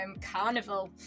Carnival